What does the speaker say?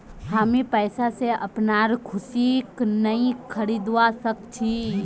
हामी पैसा स अपनार खुशीक नइ खरीदवा सख छि